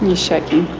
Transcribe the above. and shaking,